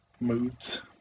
moods